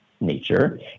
nature